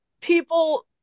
People